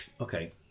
okay